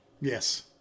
Yes